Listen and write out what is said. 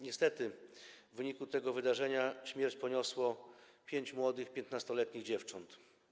Niestety w wyniku tego wydarzenia śmierć poniosło pięć młodych, 15-letnich dziewcząt.